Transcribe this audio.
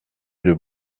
deux